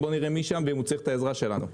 בואו נראה מי שם ואם הוא צריך את העזרה שלנו.